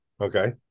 okay